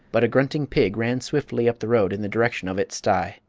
but a grunting pig ran swiftly up the road in the direction of its sty.